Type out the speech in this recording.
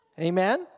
Amen